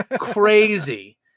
crazy